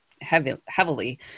heavily